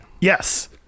yes